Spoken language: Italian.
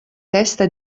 testa